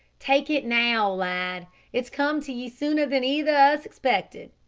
take it now, lad. it's come to ye sooner than either o' us expected.